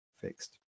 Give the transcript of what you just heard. fixed